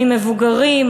מבוגרים,